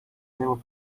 never